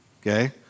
okay